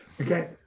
okay